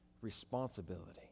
responsibility